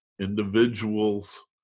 individuals